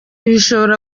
bishobora